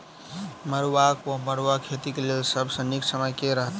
मरुआक वा मड़ुआ खेतीक लेल सब सऽ नीक समय केँ रहतैक?